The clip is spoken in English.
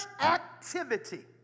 activity